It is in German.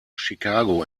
chicago